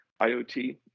IoT